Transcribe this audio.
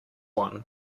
one